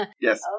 Yes